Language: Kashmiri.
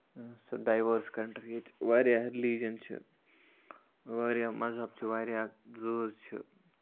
سُہ ڈایوٲرٕس کَنٹرٛی ییٚتہِ واریاہ رِلِجَن چھِ واریاہ مَذہَب چھِ واریاہ زٲژ چھِ